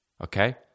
Okay